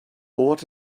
what